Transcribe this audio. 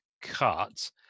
cut